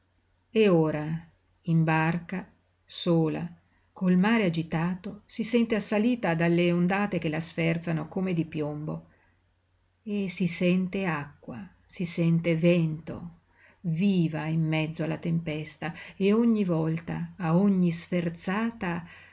e ora in barca sola col mare agitato si sente assalita dalle ondate che la sferzano come di piombo e si sente acqua si sente vento viva in mezzo alla tempesta e ogni volta a ogni sferzata